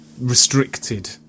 restricted